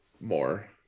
more